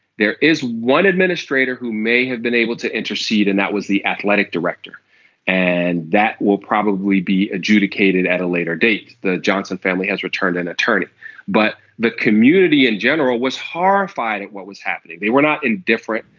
there is one administrator who may have been able to intercede and that was the athletic director and that will probably be adjudicated at a later date. the johnson family has returned an attorney but the community in general was horrified at what was happening. they were not indifferent.